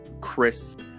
crisp